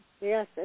Yes